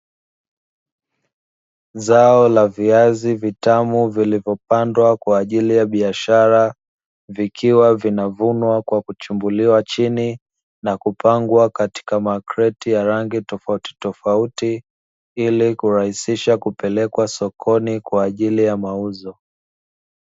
Zao la viazi vitamu vilivyopandwa kwaajili ya biashara, vikiwa vinavunwa kwa kuchimbwa chini na kupangwa katika makreti ya rangi tofautitofauti ili kurahisisha kupelekwa sokoni kwaajili ya mauzo.